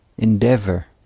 endeavor